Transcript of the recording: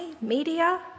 media